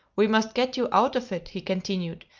we must get you out of it, he continued,